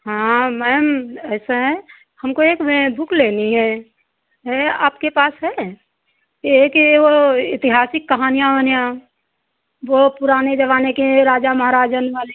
हाँ मैम ऐसा है हमको एक बुक लेनी है है आपके पास है यह है कि वह ऐतिहासिक कहानियाँ वहानियाँ वह पुराने ज़माने के हैं राजा महाराजन वाली